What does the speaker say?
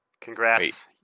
congrats